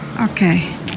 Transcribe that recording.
Okay